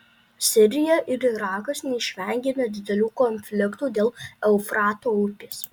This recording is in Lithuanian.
sirija ir irakas neišvengė nedidelių konfliktų dėl eufrato upės